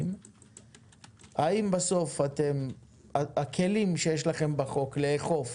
האם הכלים שיש לכם בחוק לאכוף